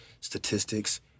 statistics